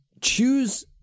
Choose